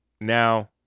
now